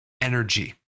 energy